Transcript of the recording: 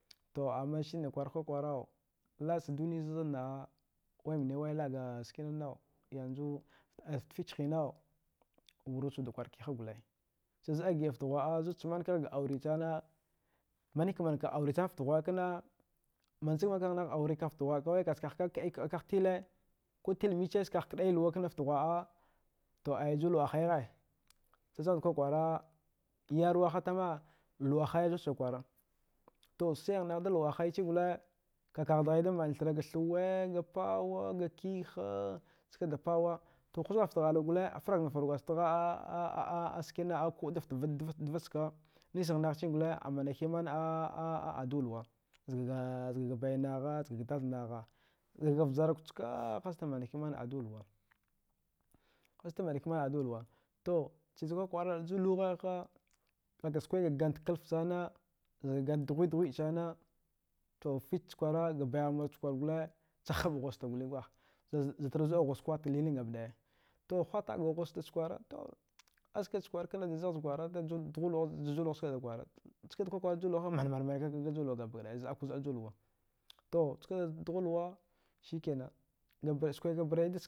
To amma shini ku kwari kwara. Laba ci duniya zine da, waya naya laba ga skin yanzu fte ficigha wuraci kwara keghe gwal, ci zida gida fte ghwa'a, mantighe ga daure samer mine ka mina daure sana fte ghwa'a kenan, ka kda tili, ku tili mbici zka kda yawa hana fte hwa'a a ju luwa ghaya zida kwara kura yerwa ha tana, wahala zuda kwara to sihi naya da luwa haya ci gwa, ka kgha dighe da mane thra thuwe, ga pawa, ga kegha, ku nagha fte bhra'a gwal furfur gwazegefte pawa skine kube da fte deva cka nise naya ci gwal a manaka himm addu'a luwa zaga bayangha zaga dada ngha, wi zaga vjarnaku cka hizeta manike mana addu'a luwa hize ta manke mani addua luwa, to ci cka kwara fu luwa kha ka ka skwe ganda ci klafe sana a'a ganda dughwede dughwede sana. To fici kwara, fuci ga baya muru sana ce ham, ghuza ta tama zad turu zada thuza, to hwtaɗa ghuza, to anzana du da ju luwa cka kwara, ci ci da kwara, man-man. Zaɗaku zaɗa ju luwa dughu luwa kena, ga baya skwe skina daduda.